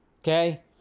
Okay